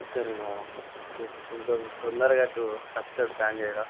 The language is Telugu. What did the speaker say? ఇద్దరేనా ఓకే బ్రో కొంచెం తొందరగా చూడు ప్ల్యాన్ చేయరా